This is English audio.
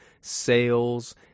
sales